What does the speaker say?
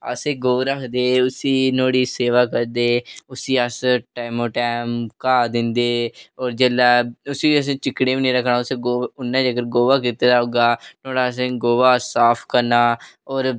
अस गौऽ रखदे उसी नुहाड़ी सेवा करदे उसी अस टैमों टैम घाऽ दिंदे जेल्लै उसी अस चिक्कड़े गी बी निं रक्खना गौऽ उन्नै अगर गोहा कीते दा होगा नुहाड़ा असें गोहा साफ करना होर